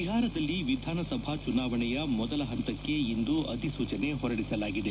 ಬಿಹಾರದಲ್ಲಿ ವಿಧಾನಸಭಾ ಚುನಾವಣೆಯ ಮೊದಲ ಹಂತಕ್ಕೆ ಇಂದು ಅಧಿಸೂಚನೆ ಹೊರಡಿಸಲಾಗಿದೆ